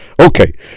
Okay